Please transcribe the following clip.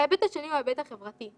ההיבט השני הוא ההיבט החברתי.